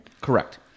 Correct